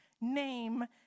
name